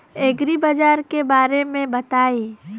एग्रीबाजार के बारे में बताई?